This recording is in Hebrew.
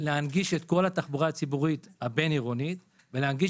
להנגיש את כל התחבורה הציבורית הבין-עירונית ולהנגיש